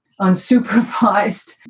unsupervised